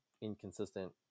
inconsistent